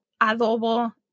adobo